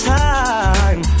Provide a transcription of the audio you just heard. time